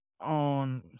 on